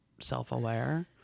self-aware